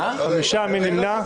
5 נמנעים,